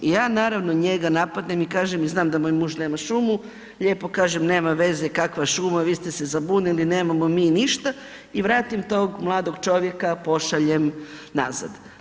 I ja naravno njega napadnem i kažem, i znam da moj muž nema šumu, lijepo kažem, nema veze, kakva šuma, vi ste se zabunili, nemamo mi ništa i vratim tog mladog čovjeka pošaljem nazad.